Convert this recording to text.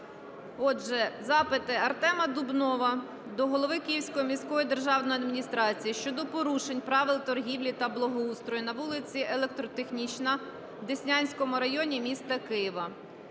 Отже, запити: Артема Дубнова до голови Київської міської державної адміністрації щодо порушень правил торгівлі та благоустрою на вулиці Електротехнічна в Деснянському районі міста Києва.